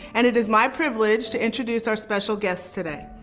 and it is my privilege to introduce our special guests today.